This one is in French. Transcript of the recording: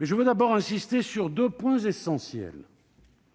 Je veux donc insister sur deux points essentiels